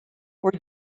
were